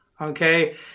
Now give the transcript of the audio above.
okay